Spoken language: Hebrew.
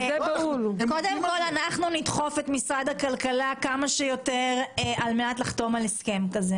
אנחנו נדחוף את משרד הכלכלה כמה שיותר על מנת לחתום על הסכם כזה.